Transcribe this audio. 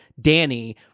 Danny